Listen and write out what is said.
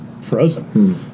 frozen